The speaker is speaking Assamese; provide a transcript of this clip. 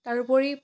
তাৰোপৰি